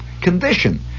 condition